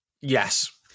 Yes